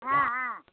ஆ ஆ